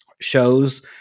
shows